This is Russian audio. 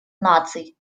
наций